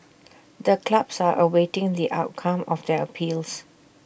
the clubs are awaiting the outcome of their appeals